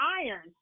iron